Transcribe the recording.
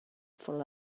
for